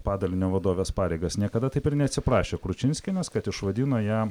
padalinio vadovės pareigas niekada taip ir neatsiprašė kručinskienės kad išvadino ją